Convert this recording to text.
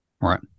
Right